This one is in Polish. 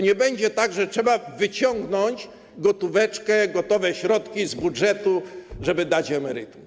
Nie będzie tak, że trzeba wyciągnąć gotóweczkę, gotowe środki z budżetu, żeby dać emerytom.